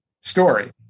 story